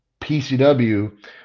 PCW